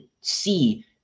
see